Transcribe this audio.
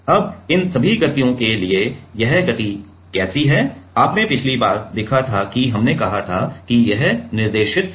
अब इन सभी गतियों के लिए यह गति कैसी है आपने पिछली बार देखा था कि हमने कहा था कि यह निर्देशित बीम है